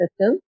system